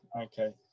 okay